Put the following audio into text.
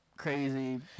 crazy